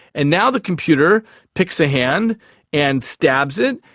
and now the computer picks a hand and stabs it,